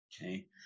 okay